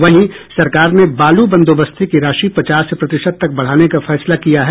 वहीं सरकार ने बालू बंदोबस्ती की राशि पचास प्रतिशत तक बढ़ाने का फैसला किया है